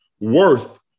worth